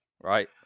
Right